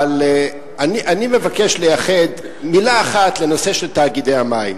אבל אני מבקש לייחד מלה אחת לנושא של תאגידי המים,